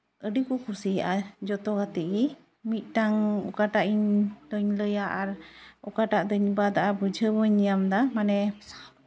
ᱟᱹᱰᱤ ᱠᱚ ᱠᱩᱥᱤᱭᱟᱜᱼᱟ ᱡᱚᱛᱚ ᱜᱟᱛᱮᱜ ᱜᱮ ᱢᱤᱫᱴᱟᱱ ᱚᱠᱟᱴᱟᱜ ᱤᱧ ᱞᱟᱹᱭᱟ ᱟᱨ ᱚᱠᱟᱴᱟᱜ ᱫᱚᱧ ᱵᱟᱫ ᱟᱜᱼᱟ ᱵᱩᱡᱷᱟᱹᱣ ᱵᱟᱹᱧ ᱧᱟᱢᱮᱫᱟ ᱢᱟᱱᱮ